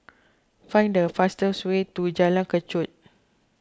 find the fastest way to Jalan Kechot